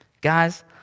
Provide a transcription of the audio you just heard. Guys